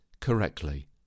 correctly